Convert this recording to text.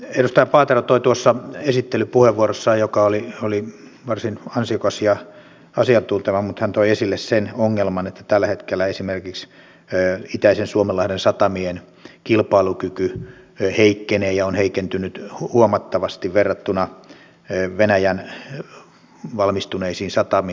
edustaja paatero toi tuossa esittelypuheenvuorossaan joka oli varsin ansiokas ja asiantunteva esille sen ongelman että tällä hetkellä esimerkiksi itäisen suomenlahden satamien kilpailukyky heikkenee ja on heikentynyt huomattavasti verrattuna venäjän valmistuneisiin satamiin